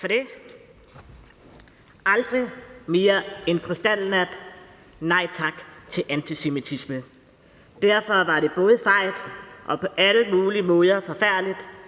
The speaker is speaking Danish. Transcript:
for det. Aldrig mere en krystalnat; nej tak til antisemitisme. Derfor var det både fejt og på alle mulige måder forfærdeligt,